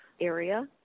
area